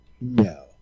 No